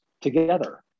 together